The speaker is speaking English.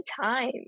time